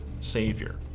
savior